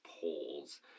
polls